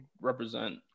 represent